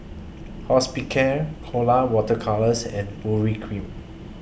Hospicare Colora Water Colours and Urea Cream